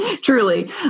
Truly